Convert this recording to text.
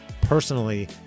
personally